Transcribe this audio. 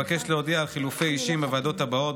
אבקש להודיע על חילופי אישים בוועדות הבאות: